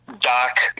Doc